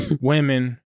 women